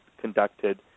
conducted